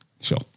Sure